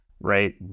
right